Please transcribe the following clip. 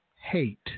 hate